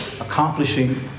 accomplishing